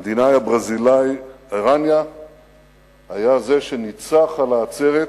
המדינאי הברזילאי אראניה היה זה שניצח על העצרת